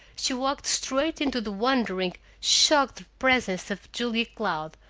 she walked straight into the wondering, shocked presence of julia cloud,